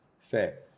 Fair